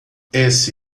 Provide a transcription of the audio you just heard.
esse